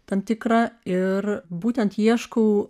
tam tikra ir būtent ieškau